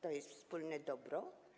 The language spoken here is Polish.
To jest wspólne dobro?